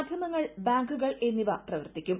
മാധ്യമങ്ങൾ ബാങ്കുകൾ എന്നിവ പ്രവർത്തിക്കും